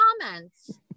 comments